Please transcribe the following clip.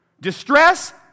Distress